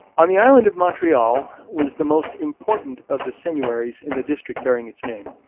on the island of montreal was the most important of the seigneuries in the district bearing its name.